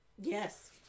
Yes